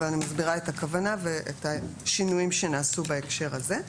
אני מסבירה את הכוונה ואת השינויים שנעשו בהקשר הזה.